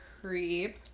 creep